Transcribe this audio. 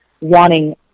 wanting